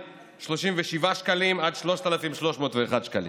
מ-3,237 שקלים עד 3,301 שקלים.